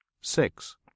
six